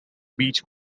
beech